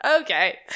Okay